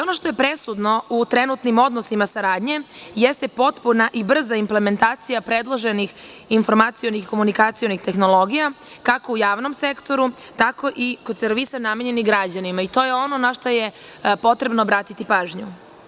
Ono što je presudno u trenutnim odnosima saradnje, jeste potpuna i brza implementacija predloženih informacionih i komunikacionih tehnologija, kako u javnom sektoru tako i kod servisa namenjenih građanima, i to je ono na šta je potrebno obratiti pažnju.